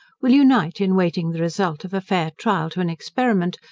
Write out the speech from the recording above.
will unite in waiting the result of a fair trial to an experiment,